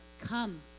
Come